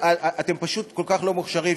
אתם פשוט כל כך לא מוכשרים,